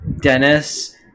Dennis